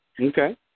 Okay